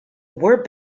were